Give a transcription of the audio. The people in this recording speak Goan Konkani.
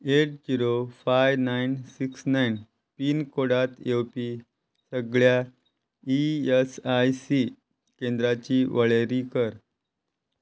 eight zero five nine six nine पिनकोडांत येवपी सगळ्या ई एस आय सी केंद्रांची वळेरी कर